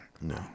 No